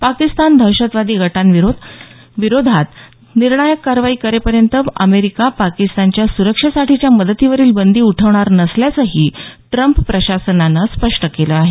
पाकिस्तान दहशतवादी गटांविरोधात निर्णायक कारवाई करेपर्यंत अमेरिका पाकिस्तानच्या सुरक्षेसाठीच्या मदतीवरील बंदी उठवणार नसल्याचंही ट्रम्प प्रशासनानं स्पष्ट केलं आहे